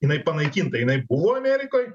jinai panaikinta jinai buvo amerikoj